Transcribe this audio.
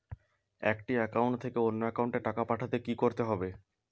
একটি একাউন্ট থেকে অন্য একাউন্টে টাকা পাঠাতে কি করতে হবে?